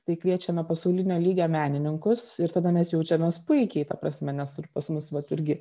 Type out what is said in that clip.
tai kviečiame pasaulinio lygio menininkus ir tada mes jaučiamės puikiai ta prasme nes pas mus vat irgi